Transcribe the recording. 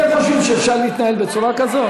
אתם חושבים שאפשר להתנהל בצורה כזאת?